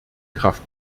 kraft